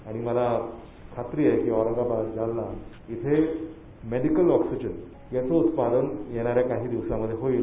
आणि मला खात्री आहे की औरंगाबाद जालना इथे मेडिकल ऑक्सीजन याचं उत्पादन येणाऱ्या काही दिवसामध्ये होईल